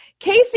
Casey